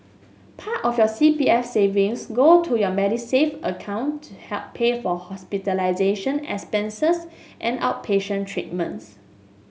part of your C P F savings go to your Medisave account to help pay for hospitalization expenses and outpatient treatments